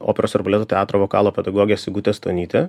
operos ir baleto teatro vokalo pedagogę sigutę stonytę